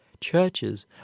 churches